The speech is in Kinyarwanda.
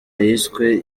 yiswe